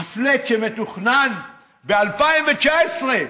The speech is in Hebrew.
ה-flat שמתוכנן ב-2019,